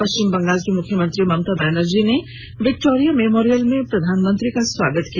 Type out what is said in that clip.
पश्चिम बंगाल की मुख्यमंत्री ममता बनर्जी ने विक्टोरिया मेमोरियल में प्रधानमंत्री का स्वागत किया